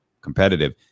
competitive